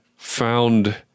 found